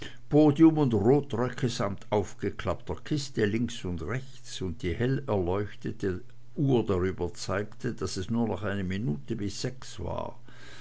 podium und rotröcke samt aufgeklappter kiste links und rechts und die hellerleuchtete uhr darüber zeigte daß es nur noch eine minute bis sechs war